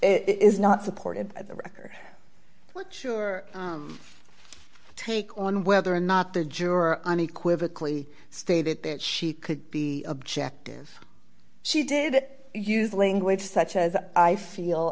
it is not supported at the record look sure take on whether or not the juror unequivocally stated that she could be objective she did it use language such as i feel